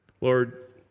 Lord